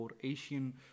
Asian